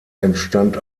entstand